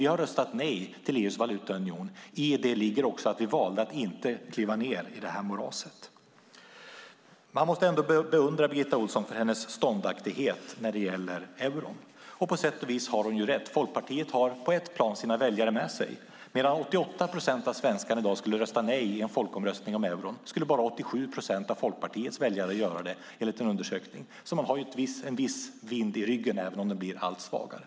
Vi har röstat nej till EU:s valutaunion. I det ligger också att vi valde att inte kliva ned i detta moras. Man måste ändå beundra Birgitta Ohlsson för hennes ståndaktighet när det gäller euron. Och på sätt och vis har hon ju rätt. Folkpartiet har på ett plan sina väljare med sig. Medan 88 procent av svenskarna i dag skulle rösta nej i en folkomröstning om euron skulle bara 87 procent av Folkpartiets väljare göra det enligt en undersökning. Man har alltså en viss vind i ryggen, även om den blir allt svagare.